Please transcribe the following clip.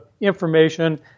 information